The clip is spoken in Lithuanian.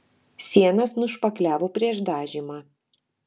sienas nušpakliavo prieš dažymą